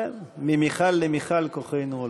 ממיכל למיכל כוחנו עולה.